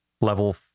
level